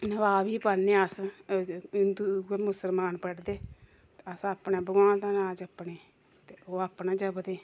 नवाब बी पढ़ने अस हिंदू उ'यै मुस्लमान पढ़दे ते अस अपना भगवान दा नांऽ जपने ते ओह् अपना जपदे